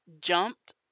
jumped